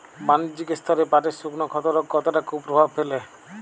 বাণিজ্যিক স্তরে পাটের শুকনো ক্ষতরোগ কতটা কুপ্রভাব ফেলে?